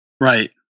Right